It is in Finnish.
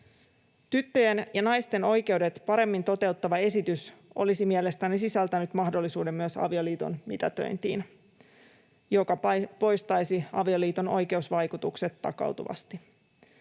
Tyttöjen ja naisten oikeudet paremmin toteuttava esitys olisi mielestäni sisältänyt mahdollisuuden myös avioliiton mitätöintiin, joka poistaisi avioliiton oikeusvaikutukset takautuvasti.